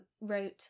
wrote